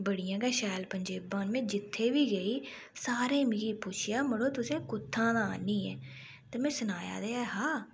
बड़ियां गै शैल पंजेबां न में जित्थे बी गेई सारें मिगी पुच्छेआ मड़ो तुसें कुत्थां दा आह्नी ऐ ते में सनाया ते ऐ हा